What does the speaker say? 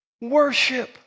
Worship